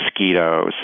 mosquitoes